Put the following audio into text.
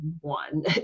one